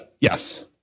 Yes